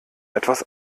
etwas